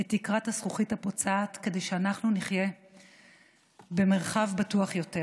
את תקרת הזכוכית הפוצעת כדי שאנחנו נחיה במרחב בטוח יותר,